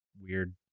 weird